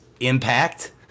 Impact